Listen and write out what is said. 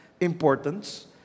importance